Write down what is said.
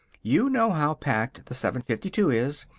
you know how packed the seven-fifty-two is.